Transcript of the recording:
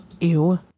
Ew